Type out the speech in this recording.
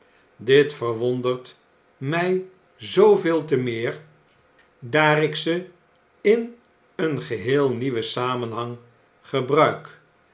dit verwondert mij zooveel te meer daar ik ze in een geheel nieuwen samenhang gebruik